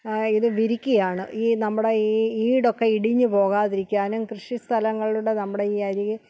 ഇത് വിരിക്കുകയാണ് ഈ നമ്മുടെ ഈ ഈടൊക്കെ ഇടിഞ്ഞു പോകാതിരിക്കാനും കൃഷി സ്ഥലങ്ങളുടെ നമ്മുടെ ഈ അരി